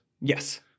Yes